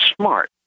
smart